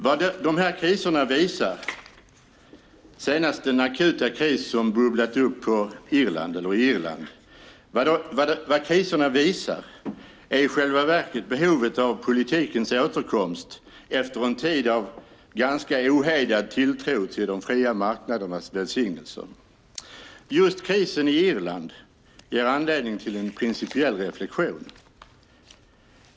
Vad dessa kriser visar, senast den akuta kris som bubblat upp i Irland, är i själva verket behovet av politikens återkomst efter en tid av ganska ohejdad tilltro till de fria marknadernas välsignelser. Just krisen i Irland ger anledning till en principiell reflexion.